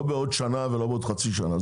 לא בעוד שנה או בעוד חצי שנה.